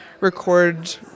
record